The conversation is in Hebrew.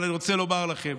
אבל אני רוצה לומר לכם,